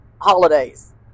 holidays